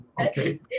Okay